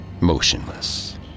Motionless